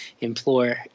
implore